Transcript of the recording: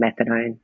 methadone